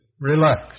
Relax